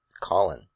Colin